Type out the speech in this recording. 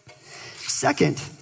Second